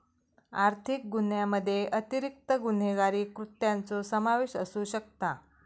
आर्थिक गुन्ह्यामध्ये अतिरिक्त गुन्हेगारी कृत्यांचो समावेश असू शकता